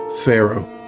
Pharaoh